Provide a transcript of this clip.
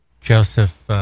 Joseph